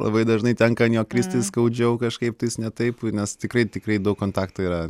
labai dažnai tenka an jo kristi skaudžiau kažkaip tais ne taip nes tikrai tikrai daug kontakto yra